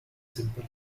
simple